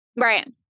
Right